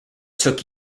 took